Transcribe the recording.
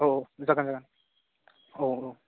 औ जागोन जागोन औ औ